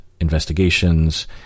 investigations